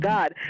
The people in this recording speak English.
God